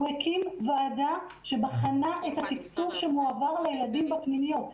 הוא הקים ועדה שבחנה את התקצוב שמועבר לילדים בפנימיות.